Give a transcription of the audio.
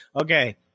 Okay